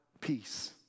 peace